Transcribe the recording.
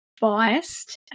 biased